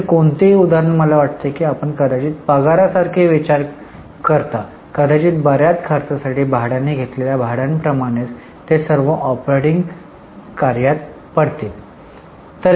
इतर कोणतेही उदाहरण मला वाटते की आपण कदाचित पगारासारखे विचार करता कदाचित बर्याच खर्चासाठी भाड्याने घेतलेल्या भाड्यांप्रमाणेच ते सर्व ऑपरेटिंग कार्यात पडतील